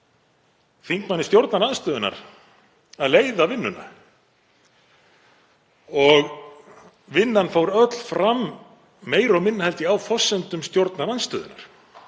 þingmanni stjórnarandstöðunnar að leiða vinnuna. Vinnan fór öll fram meira og minna, held ég, á forsendum stjórnarandstöðunnar.